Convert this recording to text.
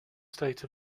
state